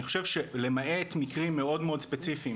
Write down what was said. אני חושב שלמעט מקרים מאוד מאוד ספציפיים